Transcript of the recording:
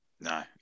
No